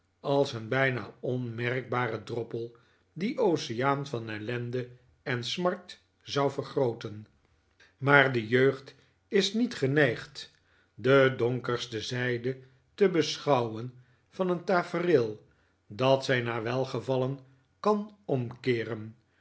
als een bijna onmerkbaren droppel dien oceaan van ellende en smart zou vergrooten maar de jeugd is niet geneigd de donkerste zijde te beschouwen van een tafereel dat zij naar welgevallen kan omkeeren